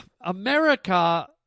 America